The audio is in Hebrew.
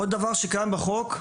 עוד דבר שקיים בחוק,